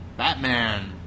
Batman